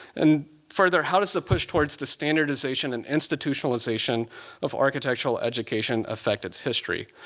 and further, how does the push towards de-standardization and institutionalization of architectural education affect its history?